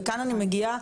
וכאן אני מגיעה